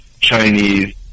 Chinese